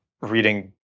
reading